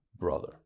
brother